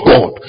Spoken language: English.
God